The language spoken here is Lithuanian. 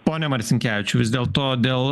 pone marcinkevičiau vis dėlto dėl